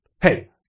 Hey